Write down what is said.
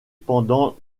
pendant